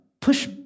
push